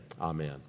amen